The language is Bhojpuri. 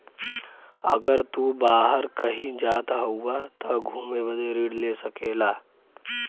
अगर तू बाहर कही जात हउआ त घुमे बदे ऋण ले सकेला